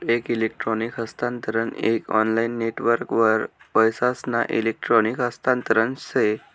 एक इलेक्ट्रॉनिक हस्तांतरण एक ऑनलाईन नेटवर्कवर पैसासना इलेक्ट्रॉनिक हस्तांतरण से